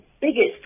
biggest